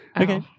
Okay